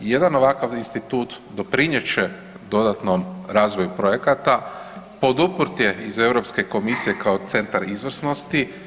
Jedan ovakav institut doprinjet će dodatnom razvoju projekata i poduprt je iz Europske komisije kao centar izvrsnosti.